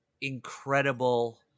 incredible